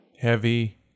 Heavy